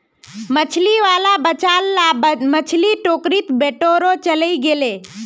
मछली वाला बचाल ला मछली टोकरीत बटोरे चलइ गेले